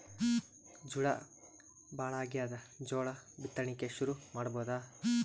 ಝಳಾ ಭಾಳಾಗ್ಯಾದ, ಜೋಳ ಬಿತ್ತಣಿಕಿ ಶುರು ಮಾಡಬೋದ?